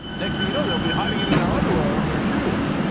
next thing you know, they'll be hiding in in their underwear or in their shoes.